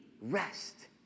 rest